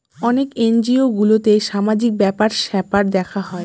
অনেক এনজিও গুলোতে সামাজিক ব্যাপার স্যাপার দেখা হয়